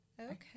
Okay